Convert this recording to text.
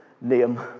name